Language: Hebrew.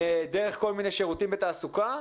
דרך כל מיני שירותים ותעסוקה.